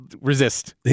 resist